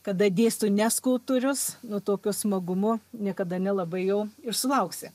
kada dėsto ne skulptorius nu tokio smagumo niekada nelabai jau ir sulauksi